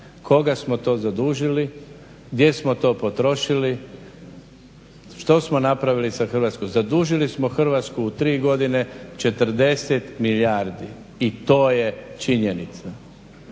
Koga smo to zadužili, gdje smo to potrošili, što smo napravili za Hrvatsku, zadužili smo Hrvatsku u tri godine 40 milijardi i to je činjenica